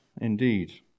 indeed